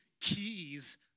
keys